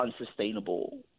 Unsustainable